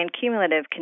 cumulative